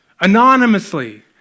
Anonymously